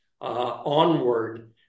onward